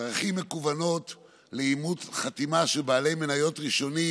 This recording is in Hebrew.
דרכים מקוונות לאימות חתימה של בעלי מניות ראשונים